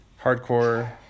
hardcore